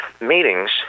meetings